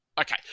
okay